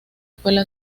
escuela